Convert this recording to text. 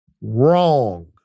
wrong